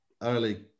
early